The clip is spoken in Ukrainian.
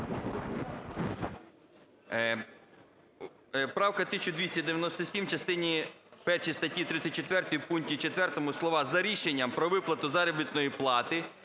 Правка 1297. В частині першій статті 34 в пункті 4 слова "за рішенням про виплату заробітної плати,